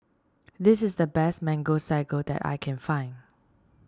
this is the best Mango Sago that I can find